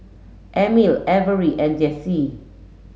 Emil Averie and Jessi